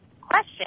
question